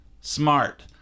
smart